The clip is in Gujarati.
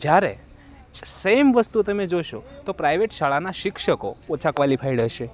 જ્યારે સેમ વસ્તુ તમે જોશો તો પ્રાઇવેટ શાળાના શિક્ષકો ઓછા ક્વોલિફાઇડ હશે